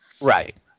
right